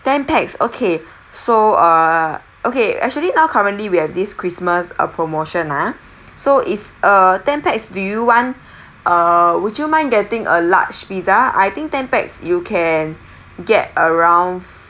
ten pax okay so err okay actually now currently we have this christmas uh promotion ah so is uh ten pax do you want err would you mind getting a large pizza I think ten pax you can get around